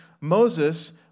Moses